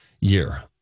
year